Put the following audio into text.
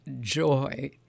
joy